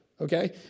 okay